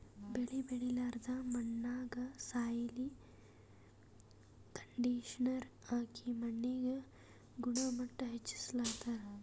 ಬೆಳಿ ಬೆಳಿಲಾರ್ದ್ ಮಣ್ಣಿಗ್ ಸಾಯ್ಲ್ ಕಂಡಿಷನರ್ ಹಾಕಿ ಮಣ್ಣಿನ್ ಗುಣಮಟ್ಟ್ ಹೆಚಸ್ಸ್ತಾರ್